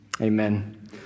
Amen